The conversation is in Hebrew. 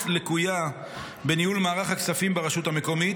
לקויה בניהול מערך הכספים ברשות המקומית.